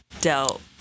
dealt